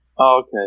Okay